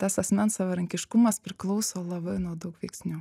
tas asmens savarankiškumas priklauso labai nuo daug veiksnių